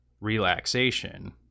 relaxation